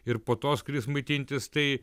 ir po to skris maitintis tai